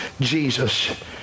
Jesus